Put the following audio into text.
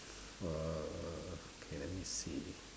err okay let me see